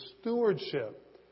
stewardship